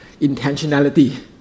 intentionality